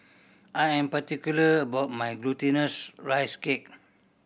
I am particular about my Glutinous Rice Cake